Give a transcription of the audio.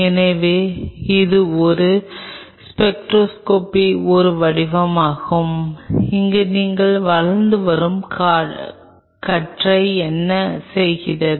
எனவே இது ஒரு ஸ்பெக்ட்ரோஸ்கோபியின் ஒரு வடிவமாகும் அங்கு நீங்கள் வளர்ந்து வரும் கற்றை என்ன செய்கிறீர்கள்